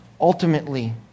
Ultimately